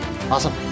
Awesome